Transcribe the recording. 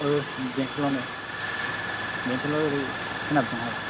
औ बेंथ'लावनो बेंथ'लाव ओरै सोनाबजोंहाय